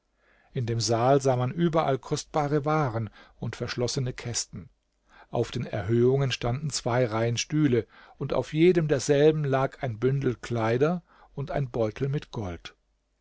in dem saal sah man überall kostbare waren und verschlossene kästen auf den erhöhungen standen zwei reihen stühle und auf jedem derselben lag ein bündel kleider und ein beutel mit gold